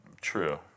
True